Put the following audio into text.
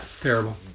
Terrible